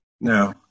No